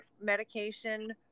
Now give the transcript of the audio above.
medication